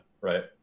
right